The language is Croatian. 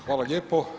Hvala lijepo.